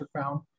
found